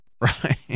right